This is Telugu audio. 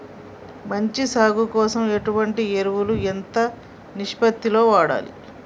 మంచి సాగు కోసం ఎటువంటి ఎరువులు ఎంత నిష్పత్తి లో వాడాలి?